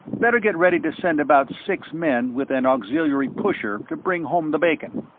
better get ready to send about six men with an auxiliary pusher to bring home the bacon.